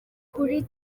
kuri